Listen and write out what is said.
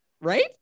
right